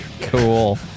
Cool